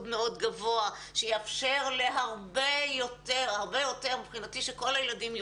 מאוד גבוה שיאפשר להרבה יותר כך שכל הילדים מבחינתי